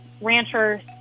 ranchers